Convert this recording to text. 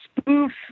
spoof